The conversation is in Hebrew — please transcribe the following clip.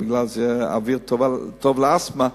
ובגלל זה האוויר טוב לחולי אסתמה,